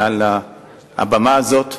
מעל הבמה הזאת,